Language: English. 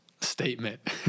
statement